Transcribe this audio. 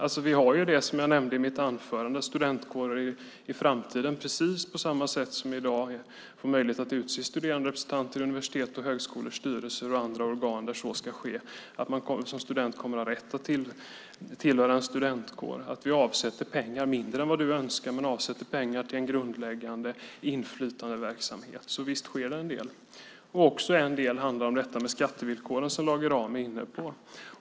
Vi kommer att ha, som jag nämnde i mitt anförande, studententkårer i framtiden på precis samma sätt som i dag. De kommer att få möjlighet att utse studeranderepresentanter i universitets och högskolors styrelser och andra organ där så ska ske. Som student kommer man att ha rätt att tillhöra en studentkår. Vi avsätter pengar - men mindre än du önskar - till en grundläggande inflytandeverksamhet. Så visst sker det en del. En del handlar om skattevillkoren, som Lage Rahm var inne på.